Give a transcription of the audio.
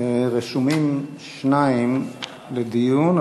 רשומים שניים לדיון,